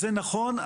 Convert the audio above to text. זה נכון,